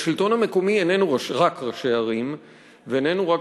השלטון המקומי איננו רק ראשי ערים ואיננו רק